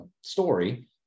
story